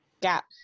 gap